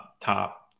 top